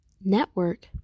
network